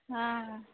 हँ